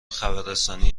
خبررسانی